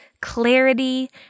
clarity